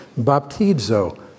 baptizo